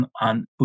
on